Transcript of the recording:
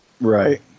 Right